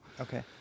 okay